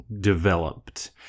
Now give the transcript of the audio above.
developed